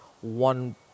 one